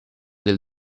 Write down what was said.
del